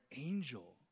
angel